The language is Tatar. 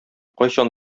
кайчан